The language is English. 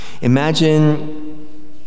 Imagine